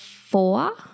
four